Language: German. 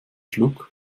schluck